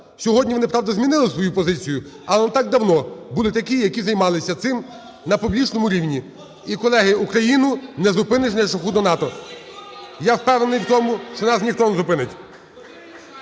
Сьогодні вони, правда, змінили свою позицію, але не так давно були такі, які займалися цим на публічному рівні. І, колеги, Україну не зупиниш на шляху до НАТО. Я впевнений в тому, що нас ніхто не зупинить.